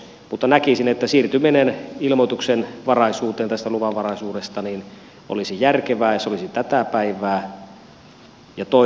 mutta näkisin että siirtyminen luvanvaraisuudesta ilmoituksenvaraisuuteen olisi järkevää ja se olisi tätä päivää